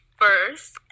first